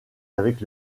avec